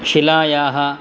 शिलायाः